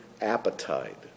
appetite